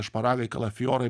šparagai kalafiorai